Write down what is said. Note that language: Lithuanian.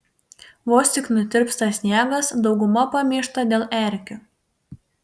vos tik nutirpsta sniegas dauguma pamyšta dėl erkių